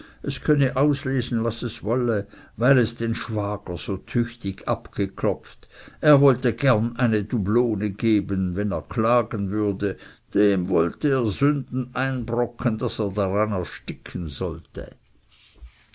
es könne auslesen was es wolle weil es den schwager so tüchtig abgeklopft er wollte gerne eine dublone geben wenn er klagen würde dem wollte er sünden einbrocken daß er daran ersticken sollte